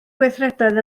gweithredoedd